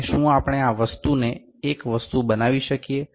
અને શું આપણે આ વસ્તુ ને એક વસ્તુ બનાવી શકીએ